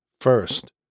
First